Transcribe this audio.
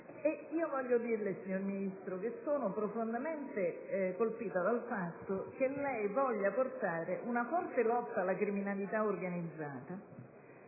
Voglio anche dirle, signor Ministro, che sono profondamente colpita dal fatto che lei voglia condurre una forte lotta alla criminalità organizzata.